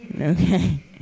okay